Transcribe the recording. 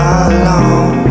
alone